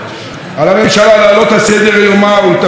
ולטפל בכך במלוא הרצינות ובכל יכולתה,